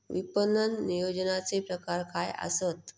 विपणन नियोजनाचे प्रकार काय आसत?